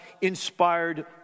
inspired